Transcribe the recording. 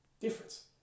difference